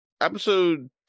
episode